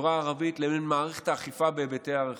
החברה הערבית לבין מערכת האכיפה בהיבטיה הרחבים.